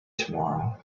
tomorrow